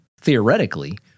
theoretically –